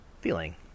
feeling